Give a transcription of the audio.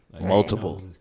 Multiple